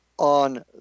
on